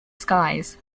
skies